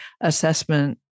assessment